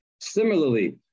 Similarly